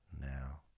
now